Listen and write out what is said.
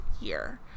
year